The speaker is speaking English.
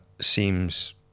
seems